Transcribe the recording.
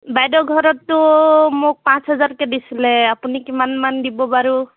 বাইদেউ ঘৰততো মোক পাঁচ হাজাৰকৈ দিছিলে আপুনি কিমানমান দিব বাৰু